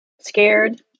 scared